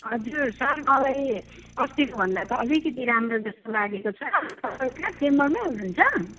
हजुर सर मलाई अस्तिको भन्दा त अलिकति राम्रो जस्तो लागेको छ तपाईँ कहाँ चेम्बरमा हुनु हुन्छ